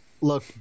look